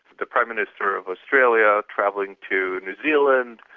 the prime minister of australia travelling to new zealand,